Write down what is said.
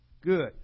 Good